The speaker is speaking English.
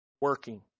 working